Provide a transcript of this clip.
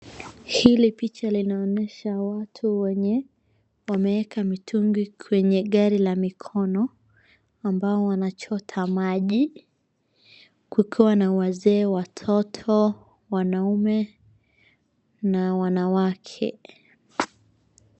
Hili picha linaonyesha watu wenye wameeka mitungi kwenye gari la mikono ambao wanachota maji kukiwa na wazee, watoto wanaume na wanawake.